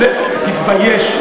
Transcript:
תתבייש.